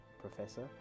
professor